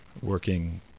working